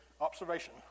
Observation